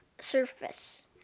surface